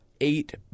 eight